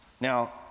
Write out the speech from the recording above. now